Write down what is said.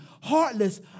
heartless